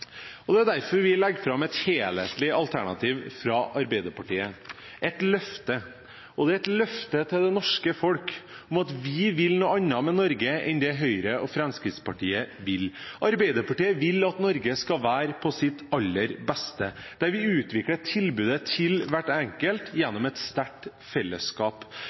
kvalitet. Det er derfor vi legger fram et helhetlig alternativ fra Arbeiderpartiet – et løfte. Det er et løfte til det norske folk om at vi vil noe annet med Norge enn det Høyre og Fremskrittspartiet vil. Arbeiderpartiet vil at Norge skal være på sitt aller beste, der vi utvikler tilbudet til hver enkelt gjennom et sterkt fellesskap.